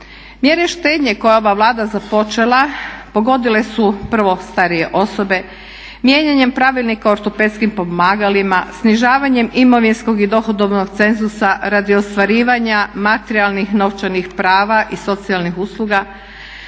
Mjere štednje koje je ova Vlada započela pogodile su prvo starije osobe. Mijenjanjem pravilnika o ortopedskim pomagalima, snižavanjem imovinskog i dohodovnog cenzusa radi ostvarivanja materijalnih i novčanih prava i socijalnih usluga,